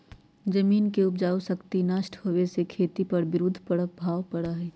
जमीन के उपजाऊ शक्ति नष्ट होवे से खेती पर विरुद्ध प्रभाव पड़ा हई